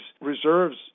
reserves